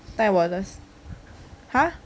带我的 !huh!